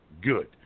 good